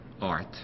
art